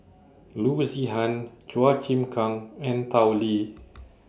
Loo Zihan Chua Chim Kang and Tao Li